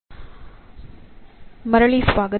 ಮರಳಿ ಸ್ವಾಗತ